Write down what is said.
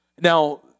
Now